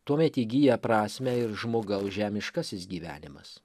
tuomet įgyja prasmę ir žmogaus žemiškasis gyvenimas